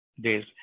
days